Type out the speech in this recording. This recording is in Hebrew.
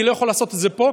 אני לא יכול לעשות את זה פה,